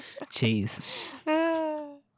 Jeez